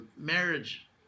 marriage